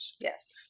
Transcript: Yes